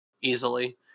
easily